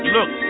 Look